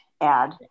add